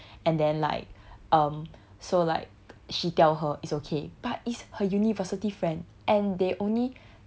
and then like um so like she tell her it's okay but it's her university friend and they only